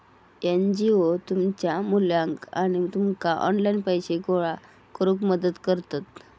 NGO तुमच्या मुलाक आणि तुमका ऑनलाइन पैसे गोळा करूक मदत करतत